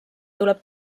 tuleb